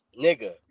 Nigga